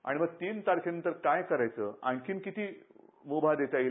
आणि मग तीन तारखेनंतर काय करायचं आणखीन किती मुभा देता येईल